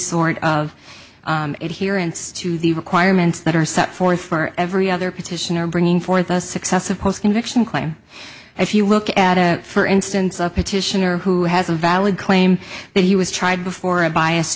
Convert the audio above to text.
sort of it here in studio requirements that are set forth for every other petitioner bringing forth a successive post conviction claim if you look at a for instance of petitioner who has a valid claim that he was tried before a bias